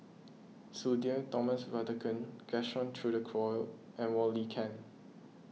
Sudhir Thomas Vadaketh Gaston Dutronquoy and Wong Lin Ken